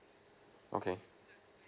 okay